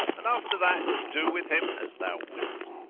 and after that do with him as thou wilt.